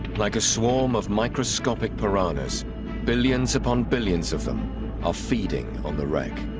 like a swarm of microscopic piranhas billions upon billions of them are feeding on the wreck